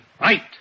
Right